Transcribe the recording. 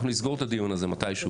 אנחנו נסגור את הדיון הזה מתישהו.